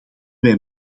wij